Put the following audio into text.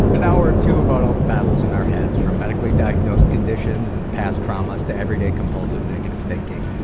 an hour or two about all the battles in our heads from medically diagnosed conditions and past traumas to everyday compulsive negative thinking.